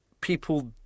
people